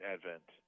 Advent